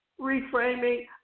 reframing